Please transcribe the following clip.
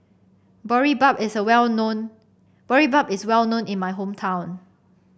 Boribap is a well known Boribap is well known in my hometown